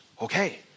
Okay